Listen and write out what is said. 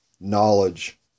knowledge